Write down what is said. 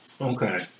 Okay